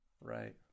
Right